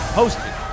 hosted